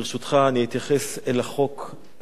אני אתייחס אל החוק הזה,